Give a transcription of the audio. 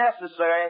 necessary